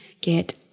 get